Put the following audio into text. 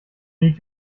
die